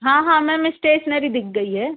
हाँ हाँ ma'am stationery दिख गई है